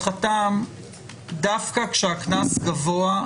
שלהערכתם דווקא כשהקנס גבוה,